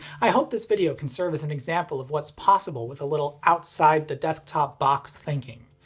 i hope this video can serve as an example of what's possible with a little outside the desktop box thinking,